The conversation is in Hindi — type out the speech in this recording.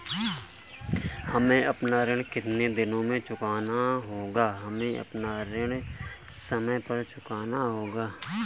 हमें अपना ऋण कितनी दिनों में चुकाना होगा?